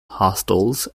hostels